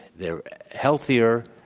they're healthier,